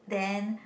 then